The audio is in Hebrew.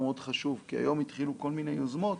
כי היום התחילו כל מיני יוזמות